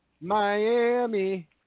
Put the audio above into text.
Miami